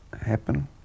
happen